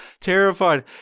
terrified